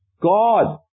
God